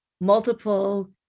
multiple